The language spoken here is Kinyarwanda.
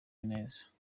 neza